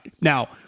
Now